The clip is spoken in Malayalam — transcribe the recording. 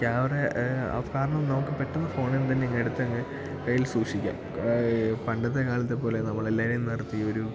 ക്യാമറയിൽ അതു കാരണം നമുക്ക് പെട്ടന്ന് ഫോണിൽത്തന്നെ ഇങ്ങെടുത്തങ്ങ് കയ്യിൽ സൂക്ഷിക്കാം പണ്ടത്തെ കാലത്തെപ്പോലെ നമ്മളെല്ലാവരേയും നിർത്തി ഒരു